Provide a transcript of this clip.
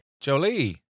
Jolie